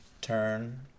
turn